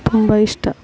ತುಂಬ ಇಷ್ಟ